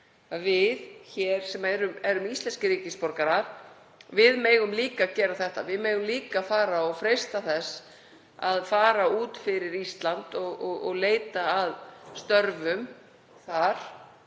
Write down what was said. Við sem erum íslenskir ríkisborgarar megum líka gera þetta, við megum líka freista þess að fara út fyrir Ísland og leita að störfum